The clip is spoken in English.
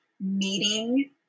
meeting